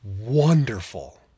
wonderful